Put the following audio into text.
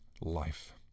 life